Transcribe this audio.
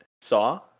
saw